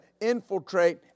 infiltrate